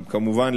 כמובן,